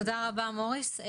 תודה רבה, מוריס.